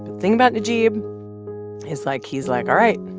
thing about najeeb is like he's like, all right,